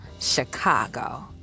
Chicago